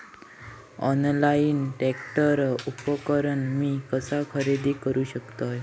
Online tractor उपकरण मी कसा खरेदी करू शकतय?